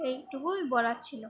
এটুকুই বলার ছিল